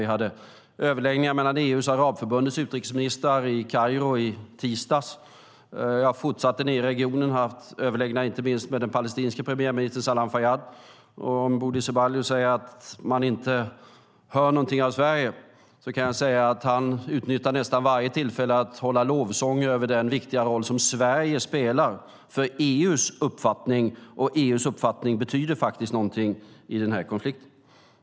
Vi hade överläggningar mellan EU:s och Arabförbundets utrikesministrar i Kairo i tisdags. Jag fortsatte ned i regionen och har haft överläggningar inte minst med den palestinske premiärministern Salam Fayyad. Om Bodil Ceballos tycker att man inte hör någonting av Sverige kan jag säga att han utnyttjar nästan varje tillfälle att hålla lovsång över den viktiga roll som Sverige spelar för EU:s uppfattning. Och EU:s uppfattning betyder faktiskt någonting i den här konflikten.